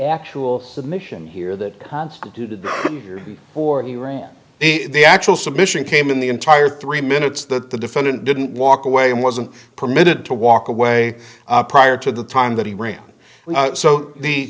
actual the mission here that constituted here or the rain the actual submission came in the entire three minutes that the defendant didn't walk away and wasn't permitted to walk away prior to the time that he ran so the